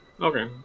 okay